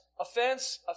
offense